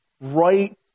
right